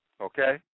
Okay